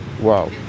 wow